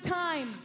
time